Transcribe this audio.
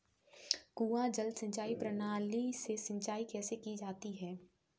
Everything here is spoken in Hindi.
कुआँ जल सिंचाई प्रणाली से सिंचाई कैसे की जाती है?